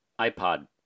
iPod